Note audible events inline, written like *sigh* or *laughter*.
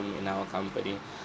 in our company *breath*